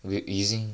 wait you using